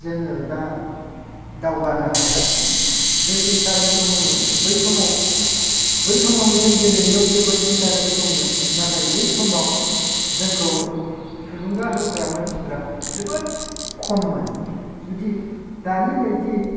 जोङो दा दावगानो हायासै जों इन्ट्रेस्ट दङमोन बै समाव बै समाव जों गेलेनायाव जोबोद इन्ट्रेस्ट दङमोन नाथाय बै समाव जोंखौ थुलुंगा होग्रा मानसिफोरा जोबोद खममोन जुदि दानि बायदि